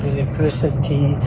Electricity